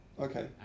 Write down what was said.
Okay